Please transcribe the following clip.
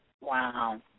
Wow